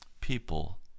people